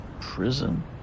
prison